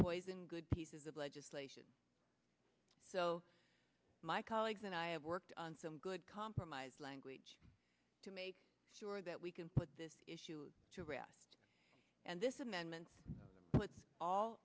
poison good pieces of legislation so my colleagues and i have worked on some good compromise language to make sure that we can put this issue to rest and this amendment puts all